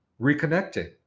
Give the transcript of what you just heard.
reconnecting